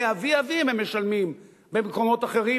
באבי-אביהם הם משלמים במקומות אחרים,